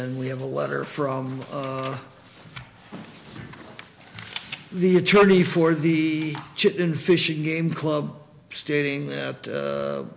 then we have a letter from the attorney for the chip in fishing game club stating that